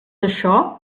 això